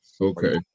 Okay